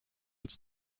its